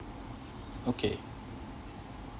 okay